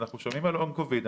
אנחנו שומעים על לונג קוביד,